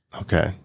Okay